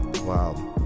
Wow